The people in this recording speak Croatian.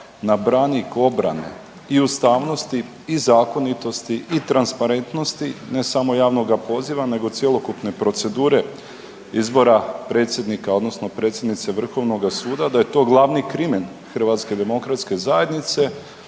na branik obrane i ustavnosti i zakonitosti i transparentnosti ne samo javnoga poziva nego cjelokupne procedure izbora predsjednika odnosno predsjednice Vrhovnog suda, da je to glavni krimen HDZ-a dok u isto vrijeme